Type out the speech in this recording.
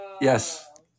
Yes